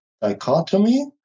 dichotomy